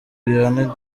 rihana